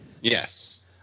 Yes